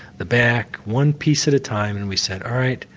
the back, one piece at a time and we said all right,